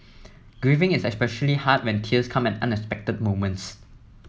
grieving is especially hard when tears come at unexpected moments